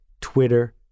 Twitter